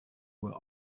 were